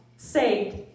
Saved